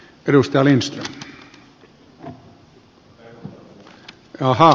arvoisa puhemies